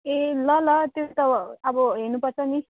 ए ल ल त्यो त अब हेर्नु पर्छ नि